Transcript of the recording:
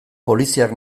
poliziak